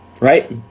right